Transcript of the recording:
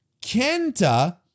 Kenta